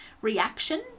reaction